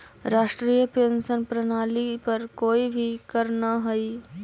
राष्ट्रीय पेंशन प्रणाली पर कोई भी करऽ न हई